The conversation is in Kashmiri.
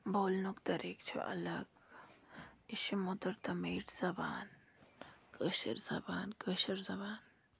بولنُک طریٖقہٕ چھُ الگ یہِ چھُ مودُر تہٕ میٖٹھ زبان کٲشِر زبان کٲشِر زبان